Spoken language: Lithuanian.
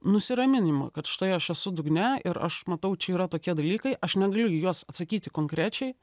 nusiraminimą kad štai aš esu dugne ir aš matau čia yra tokie dalykai aš negaliu į juos atsakyti konkrečiai